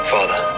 Father